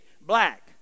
black